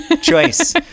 choice